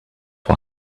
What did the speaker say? why